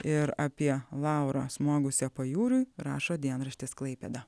ir apie laurą smogusią pajūriui rašo dienraštis klaipėda